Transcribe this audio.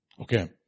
Okay